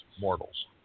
mortals